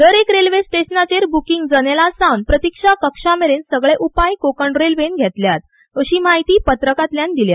दरेक रेल्वे स्टेशनाचेर ब्रुकिंग जनला पासून प्रतिक्षा कक्षामेरेन सगळे खबरदारीचे उपाय कोंकण रेल्वेन घेतल्या अशी म्हायती पत्रकांतल्यान दिल्या